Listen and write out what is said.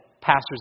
pastors